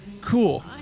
cool